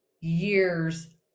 years